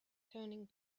turning